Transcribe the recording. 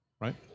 right